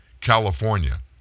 California